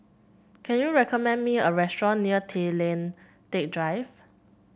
can you recommend me a restaurant near Tay Lian Teck Drive